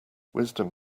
wisdom